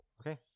Okay